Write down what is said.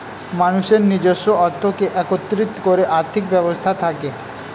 মানুষের নিজস্ব অর্থকে একত্রিত করে আর্থিক ব্যবস্থা থাকে